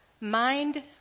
Mind